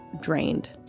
drained